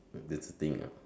this thing ah